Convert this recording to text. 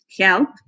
help